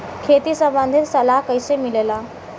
खेती संबंधित सलाह कैसे मिलेला?